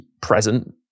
present